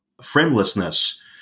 friendlessness